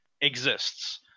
exists